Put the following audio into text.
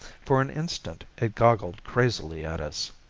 for an instant it goggled crazily at us.